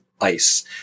ice